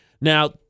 Now